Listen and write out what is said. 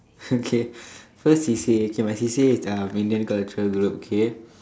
okay first C_C_A okay my C_C_A is uh Indian culture group K